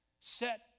Set